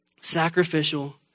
sacrificial